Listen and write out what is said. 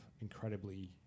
incredibly